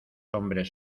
hombres